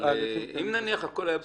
אם נניח שהכול היה בסדר,